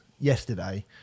yesterday